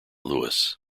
louis